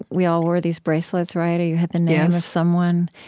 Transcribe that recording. we all wore these bracelets, right, or you had the name of someone?